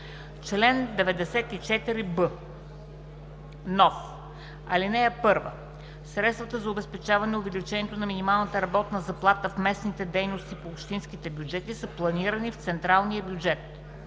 Чл. 94б. (1) Средствата за обезпечаване увеличението на минималната работна заплата в местните дейности по общинските бюджети са планирани в централния бюджет.